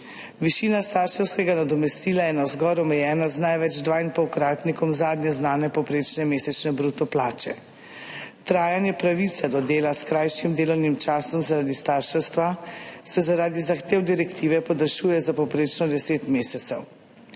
Višina starševskega nadomestila je navzgor omejena z največ dvainpolkratnikom zadnje znane povprečne mesečne bruto plače. Trajanje pravice do dela s krajšim delovnim časom zaradi starševstva se zaradi zahtev direktive podaljšuje za povprečno 10 mesecev.